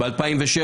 ב- 2007,